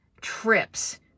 trips